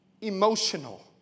emotional